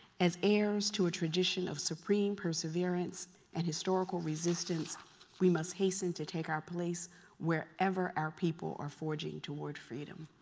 as heirs to a tradition of supreme perseverance and historical resistance we must hasten to take our place wherever our people are forging toward freedom.